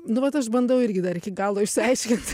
nu vat aš bandau irgi dar iki galo išsiaiškint